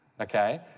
okay